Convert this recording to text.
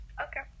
okay